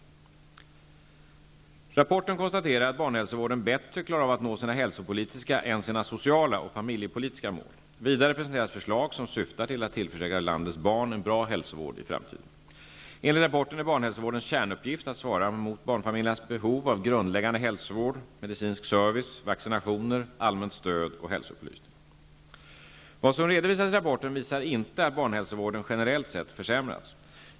I rapporten konstateras att barnhälsovården bättre klarar av att nå sina hälsopolitiska än sina sociala och familjepolitiska mål. Vidare presenteras förslag som syftar till att tillförsäkra landets barn en bra hälsovård i framtiden. Enligt rapporten är barnhälsovårdens kärnuppgift att svara mot barnfamiljernas behov av grundläggande hälsovård, medicinsk service, vaccinationer, allmänt stöd och hälsoupplysning. Vad som redovisas i rapporten visar inte att barnhälsovården generellt sett försämrats.